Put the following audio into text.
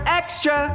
extra